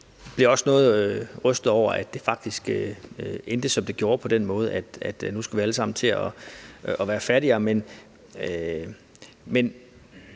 jeg blev også noget rystet over, at det faktisk endte på den måde, som det gjorde, nemlig at nu skal vi alle sammen til at være fattigere.